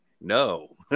no